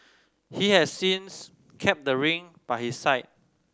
he has since kept the ring by his side